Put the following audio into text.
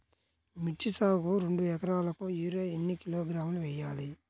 మిర్చి సాగుకు రెండు ఏకరాలకు యూరియా ఏన్ని కిలోగ్రాములు వేయాలి?